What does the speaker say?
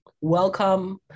welcome